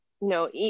no